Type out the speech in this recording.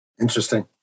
interesting